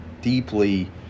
deeply